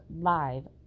live